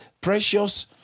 precious